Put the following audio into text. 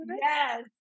yes